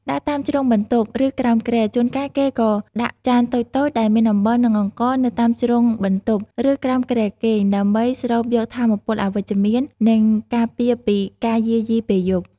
ដាក់តាមជ្រុងបន្ទប់ ឬក្រោមគ្រែ ជួនកាលគេក៏ដាក់ចានតូចៗដែលមានអំបិល និងអង្ករនៅតាមជ្រុងបន្ទប់ ឬក្រោមគ្រែគេង ដើម្បី ស្រូបយកថាមពលអវិជ្ជមាន និងការពារពីការយាយីពេលយប់។